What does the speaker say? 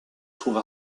trouve